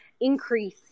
increase